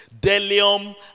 Delium